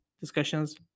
discussions